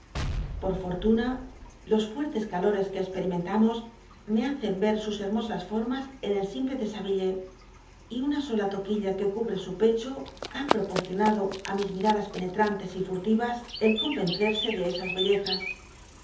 por fortuna los fuertes calores que espe rimentamos me hacen yx sus hermosas formas dby google en el simple desabillé y y una sola tucjuilla que cubre su pecho ha proporcionado á mis miradas peneti antes y furtivas el convencerse de esas beuezas